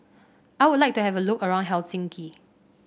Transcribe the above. I would like to have a look around Helsinki